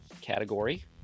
category